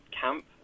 camp